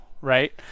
right